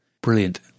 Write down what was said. Brilliant